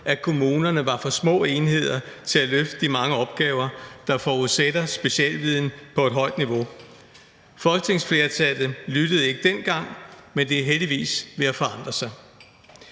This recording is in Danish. at kommunerne var for små enheder til at løfte de mange opgaver, der forudsætter specialviden på et højt niveau. Folketingsflertallet lyttede ikke dengang, men det er heldigvis ved at forandre sig,